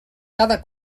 cada